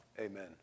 amen